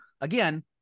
again